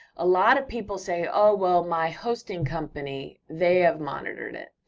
a lot of people say, oh, well, my hosting company, they have monitored it.